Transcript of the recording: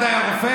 אחד היה רופא,